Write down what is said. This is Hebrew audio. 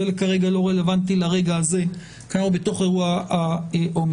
כרגע זה לא רלוונטי לרגע הזה בתוך אירוע ה-אומיקרון.